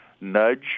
nudge